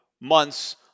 months